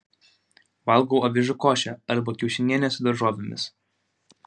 valgau avižų košę arba kiaušinienę su daržovėmis